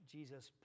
Jesus